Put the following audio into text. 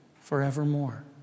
forevermore